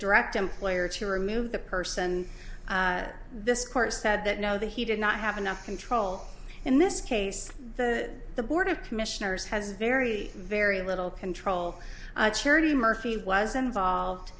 direct employer to remove the person this court said that no that he did not have enough control in this case the the board of commissioners has very very little control charity murphy was involved